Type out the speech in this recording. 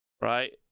right